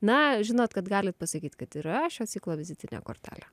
na žinot kad galit pasakyt kad yra šio ciklo vizitinė kortelė